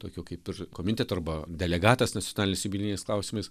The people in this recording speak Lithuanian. tokių kaip ir komiteto arba delegatas nacionaliniais jubiliejiniais klausimais